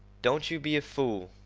don't you be a fool,